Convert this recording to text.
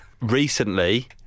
recently